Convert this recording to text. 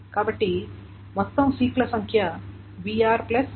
కాబట్టి మొత్తం సీక్ల సంఖ్య br br కనుక ఇది కేవలం 2br